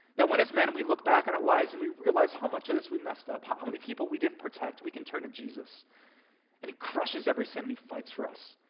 that when as men we look back on our lives and we realize how much of this we messed up, how many people we didn't protect, we can turn to jesus and he crushes every sin and he fights for us.